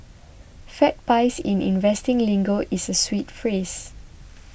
fat pies in investing lingo is a sweet phrase